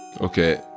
Okay